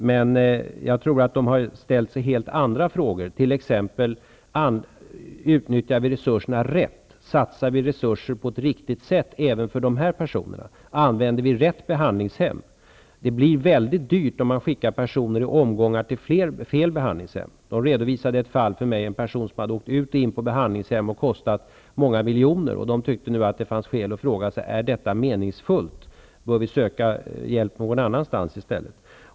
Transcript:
Men jag tror att de har ställt sig helt andra frågor, t.ex. om man utnyttjar resurserna rätt, om man satsar resurser på ett riktigt sätt även för dessa personer och om man använder rätt behandlingshem. Det blir mycket dyrt om man skickar personer i omgångar till fel behandlingshem. På denna byrå redovisade de ett fall med en person som hade åkt ut och in på behandlingshem och kostat många miljoner. De tyckte att det nu fanns skäl att fråga om detta är meningsfullt och om de i stället bör söka hjälp någon annanstans.